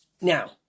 now